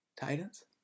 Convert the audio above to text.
Titans